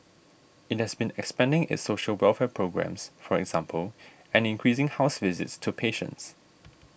it has been expanding its social welfare programmes for example and increasing house visits to patients